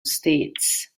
states